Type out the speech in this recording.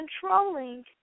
controlling